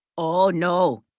oh, no.